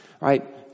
right